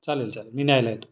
चालेल चालेल मी न्यायला येतो